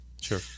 Sure